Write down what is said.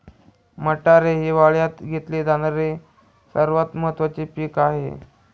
मटार हे हिवाळयात घेतले जाणारे सर्वात महत्त्वाचे पीक आहे